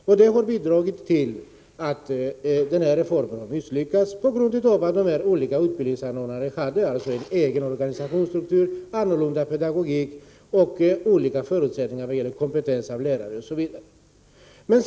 Detta har bidragit till att denna reform har misslyckats. De olika utbildningsanordnarna har skilda organisationsstrukturer, varierande pedagogik samt olika förutsättningar när det gäller lärarkompetensen.